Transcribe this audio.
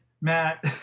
matt